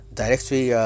directly